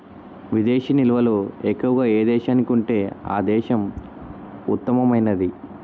విదేశీ నిల్వలు ఎక్కువగా ఏ దేశానికి ఉంటే ఆ దేశం ఉత్తమమైనది